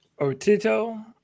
Otito